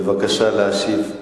בבקשה להשיב.